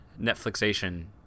Netflixation